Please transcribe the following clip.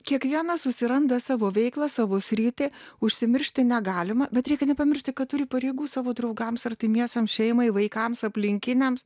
kiekvienas susiranda savo veiklą savo sritį užsimiršti negalima bet reikia nepamiršti kad turi pareigų savo draugams artimiesiems šeimai vaikams aplinkiniams